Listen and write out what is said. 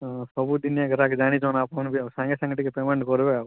ହଁ ସବୁଦିନେ ଗ୍ରାହକ ଜାଣିଛ ନା ଆପଣ ବି ଆଉ ସାଙ୍ଗେ ସାଙ୍ଗେ ଟିକିଏ ପେମେଣ୍ଟ୍ କରିବେ ଆଉ